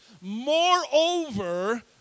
Moreover